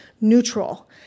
neutral